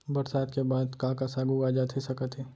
बरसात के बाद का का साग उगाए जाथे सकत हे?